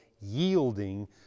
yielding